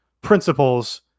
principles